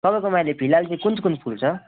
तपाईँकोमा अहिले फिलहालमा चाहिँ कुन कुन फुल छ